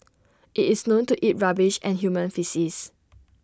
IT is known to eat rubbish and human faeces